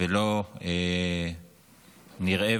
ולא נראה,